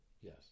Yes